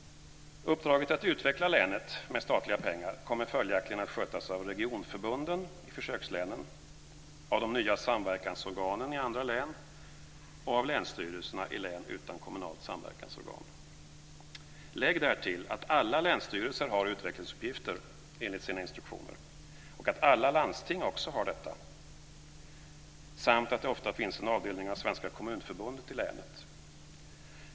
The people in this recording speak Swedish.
Uppdraget att utveckla länet med statliga pengar kommer följaktligen att skötas av regionförbunden i försökslänen, av de nya samverkansorganen i andra län och av länsstyrelserna i län utan kommunalt samverkansorgan. Lägg därtill att alla länsstyrelser har utvecklingsuppgifter, enligt sina instruktioner, och att alla landsting också har detta, samt att det ofta finns en avdelning av Svenska kommunförbundet i länet.